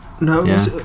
no